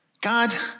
God